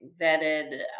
vetted